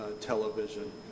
television